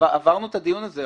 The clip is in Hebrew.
עברנו כבר את הדיון הזה.